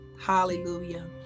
hallelujah